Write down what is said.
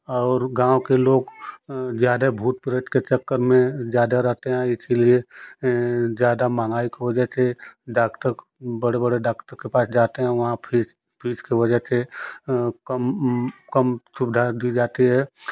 और गाँव के लोग ज़्यादा भूत प्रेत के चक्कर में ज़्यादा रहते हैं इसीलिए ज़्यादा महँगाई की वजह से डॉक्टर को बड़े बड़े डॉक्टर के पास जाते हैं वहाँ फीस फीस की वजह से कम कम सुविधा दी जाती है